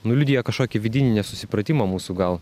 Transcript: nu liudija kažkokį vidinį nesusipratimą mūsų gal